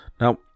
Now